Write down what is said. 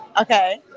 okay